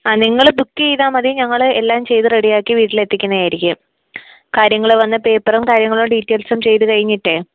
ആ നിങ്ങൾ ബുക്ക് ചെയ്താൽ മതി ഞങ്ങൾ എല്ലാം ചെയ്തു റെഡിയാക്കി വീട്ടിലെത്തിക്കുന്നതായിരിക്കും കാര്യങ്ങൾ വന്നു പേപ്പറും കാര്യങ്ങളും ഡീറ്റെയിൽസും ചെയ്തു കഴിഞ്ഞിട്ട്